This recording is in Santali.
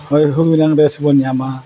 ᱦᱚᱜᱼᱚᱭ ᱦᱩᱲᱩ ᱡᱟᱝ ᱵᱮᱥᱵᱚᱱ ᱧᱟᱢ ᱢᱟ